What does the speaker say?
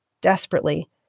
desperately